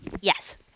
Yes